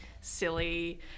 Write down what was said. silly